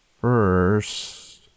first